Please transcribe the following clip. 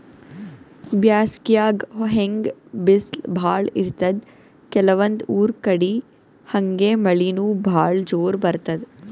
ಬ್ಯಾಸ್ಗ್ಯಾಗ್ ಹೆಂಗ್ ಬಿಸ್ಲ್ ಭಾಳ್ ಇರ್ತದ್ ಕೆಲವಂದ್ ಊರ್ ಕಡಿ ಹಂಗೆ ಮಳಿನೂ ಭಾಳ್ ಜೋರ್ ಬರ್ತದ್